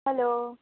hello